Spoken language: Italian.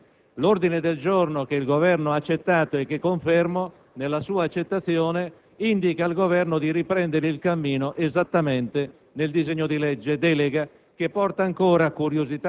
sede. Non dimentichiamo, infatti, che questo è un argomento di qualche complessità e merita di ritornare nell'ambito del disegno di legge delega, che è all'esame della Camera, che affronta